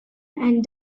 and